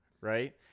right